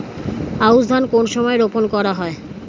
আউশ ধান কোন সময়ে রোপন করা হয়?